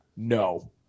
No